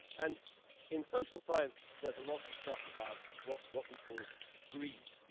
and in social science, there's a lot of stuff about what what we call greed.